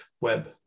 web